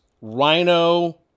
rhino